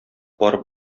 барып